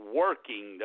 working